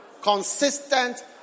consistent